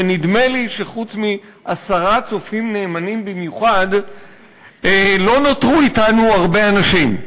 ונדמה לי שחוץ מעשרה צופים נאמנים במיוחד לא נותרו אתנו הרבה אנשים.